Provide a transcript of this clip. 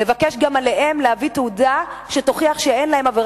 לבקש גם מהם להביא תעודה שתוכיח שהם לא עברו